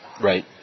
Right